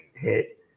hit